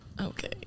okay